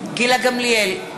גילה גמליאל,